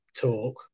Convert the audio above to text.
talk